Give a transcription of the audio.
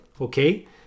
Okay